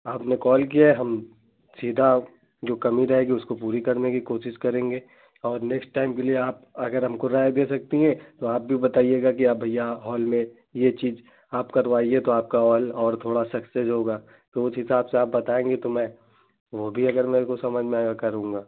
आपने कॉल किया हम सीधा जो कमी रहेगी उसको पूरी करने की कोशिश करेंगे और नेक्स्ट टाइम के लिए आप अगर हमको राय दे सकती हैं तो आप भी बताइएगा कि आप भैया हॉल में यह चीज़ आप करवाएँ तो आपका हॉल और थोड़ा सक्सेस होगा तो उस हिसाब से आप बताएँगी तो मैं वह भी अगर मेरे को समझ में आएगा मैं करूँगा